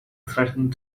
threatened